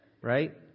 right